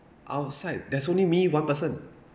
outside there's only me one person